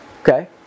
okay